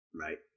Right